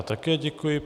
Také děkuji.